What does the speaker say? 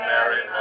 Mary